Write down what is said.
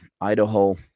Idaho